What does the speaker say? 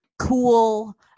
Cool